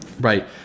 right